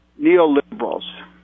neoliberals